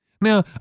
Now